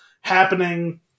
happening